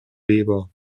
leber